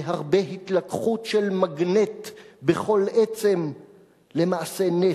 בהרבה התלקחות של מגנט בכל עצם:/ למעשה נס,